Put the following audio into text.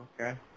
Okay